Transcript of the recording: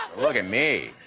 look at me!